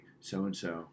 so-and-so